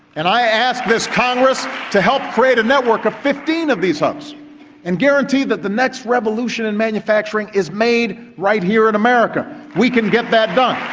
and i ask this congress to help create a network of fifteen of these hubs and guarantee that the next revolution in manufacturing is made right here in america. we can get that done.